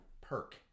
perk